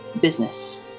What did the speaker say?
business